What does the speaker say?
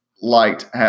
liked